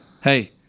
Hey